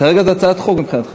כרגע זו הצעת חוק מבחינתכם.